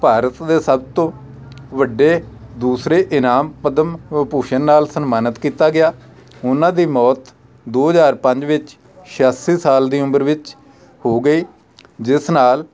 ਭਾਰਤ ਦੇ ਸਭ ਤੋਂ ਵੱਡੇ ਦੂਸਰੇ ਇਨਾਮ ਪਦਮ ਅ ਭੂਸ਼ਣ ਨਾਲ ਸਨਮਾਨਿਤ ਕੀਤਾ ਗਿਆ ਉਹਨਾਂ ਦੀ ਮੌਤ ਦੋ ਹਜ਼ਾਰ ਪੰਜ ਵਿੱਚ ਛਿਆਸੀ ਸਾਲ ਦੀ ਉਮਰ ਵਿੱਚ ਹੋ ਗਈ ਜਿਸ ਨਾਲ